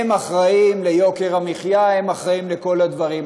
הם אחראים ליוקר המחיה, הם אחראים לכל הדברים.